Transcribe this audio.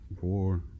four